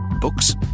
books